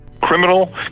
Criminal